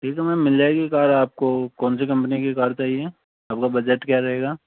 ठीक है मैम मिल जाएगी कार आपको कौन सी कम्पनी की कार चाहिए आपका बजट क्या रहेगा